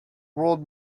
world